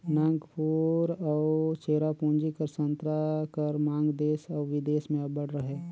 नांगपुर अउ चेरापूंजी कर संतरा कर मांग देस अउ बिदेस में अब्बड़ अहे